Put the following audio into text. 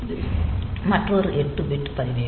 இது மற்றொரு 8 பிட் பதிவேடு